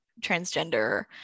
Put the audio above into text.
transgender